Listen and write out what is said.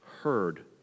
heard